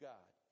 God